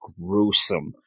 gruesome